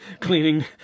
cleaning